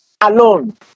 alone